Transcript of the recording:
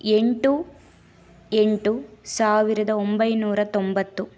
ಎಂಟು ಎಂಟು ಸಾವಿರದ ಒಂಬೈನೂರ ತೊಂಬತ್ತು